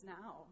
now